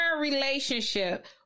relationship